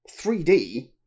3D